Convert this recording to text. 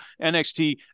NXT